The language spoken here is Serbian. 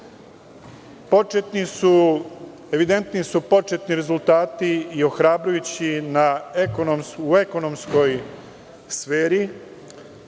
prostoru. Evidentni su početni rezultati i ohrabrujući u ekonomskoj sferi.